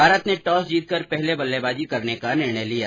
भारत ने टॉस जीतकर पहले बल्लेबाजी करने का निर्णय लिया